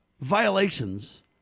violations